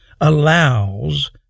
allows